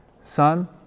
son